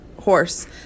horse